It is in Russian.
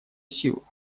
силу